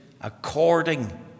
according